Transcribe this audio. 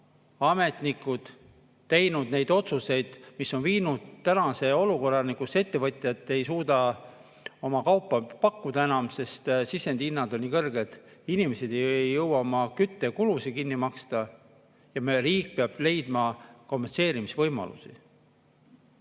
ametnikud teinud neid otsuseid, mis on viinud tänase olukorrani, kus ettevõtjad ei suuda enam oma kaupa pakkuda, sest sisendihinnad on nii kõrged. Inimesed ei jõua oma küttekulusid kinni maksta ja riik peab leidma kompenseerimise võimalusi.